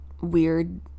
weird